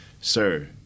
sir